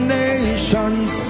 nations